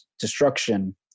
destruction